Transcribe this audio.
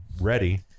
ready